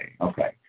Okay